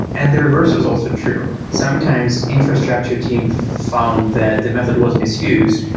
and the reverse was also true. sometimes infrastructure teams found that the method was misused.